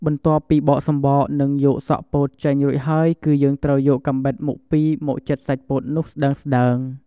បន្ទាប់ពីបកសំបក និងយកសក់ពោតចេញរួចហើយគឺយើងត្រូវយកកាំបិតមុខពីរមកចិតសាច់ពោតនោះស្ដើងៗ។